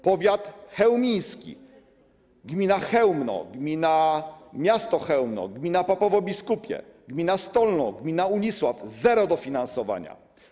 Powiat chełmiński: gmina Chełmno, gmina miasto Chełmno, gmina Popowo Biskupie, gmina Stolno, gmina Unisław - zero dofinansowania.